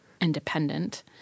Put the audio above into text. independent